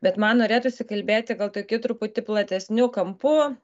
bet man norėtųsi kalbėti gal tokiu truputį platesniu kampu